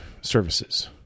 services